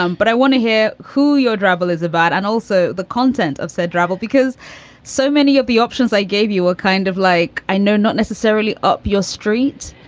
um but i want to hear who your drabble is about and also the content of said raval, because so many of the options i gave you were kind of like. i know, not necessarily up your street.